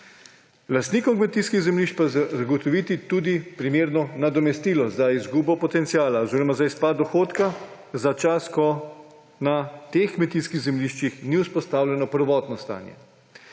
lastnikom kmetijskih zemljišč pa zagotoviti tudi primerno nadomestilo za izgubo potenciala oziroma za izpad dohodka za čas, ko na teh kmetijskih zemljiščih ni vzpostavljeno prvotno stanje.